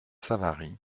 savary